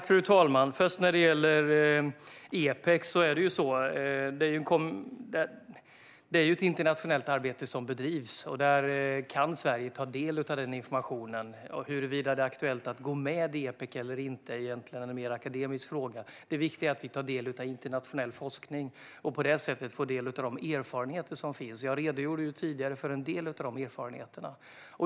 Fru talman! När det gäller Epec är det ett internationellt arbete som bedrivs, och Sverige kan ta del av den informationen. Om det är aktuellt att gå med i Epec eller inte är egentligen en mer akademisk fråga. Det viktiga är att vi tar del av internationell forskning och på det sättet får del av de erfarenheter som finns. Jag redogjorde tidigare för en del av dem.